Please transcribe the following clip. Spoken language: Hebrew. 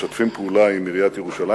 משתפים פעולה עם עיריית ירושלים.